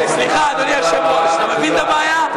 סליחה, אדוני היושב-ראש, אתה מבין את הבעיה?